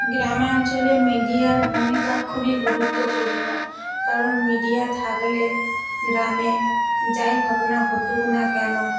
গ্রামাঞ্চলে মিডিয়ার ভূমিকা খুবই গুরুত্বপূর্ণ কারণ মিডিয়া থাকলে গ্রামে যাই ঘটনা ঘটুক না কেন